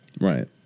Right